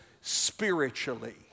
spiritually